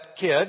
kid